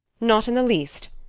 not in the least.